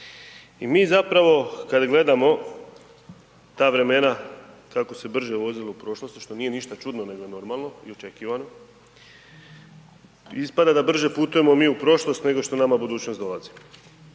I mi zapravo kad gledamo ta vremena kako se brže vozilo u prošlosti što nije ništa čudno nego je normalno i očekivano, ispada da brže putujemo mi u prošlost nego što nama budućnost dolazi.